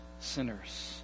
sinners